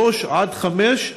שלוש עד חמש,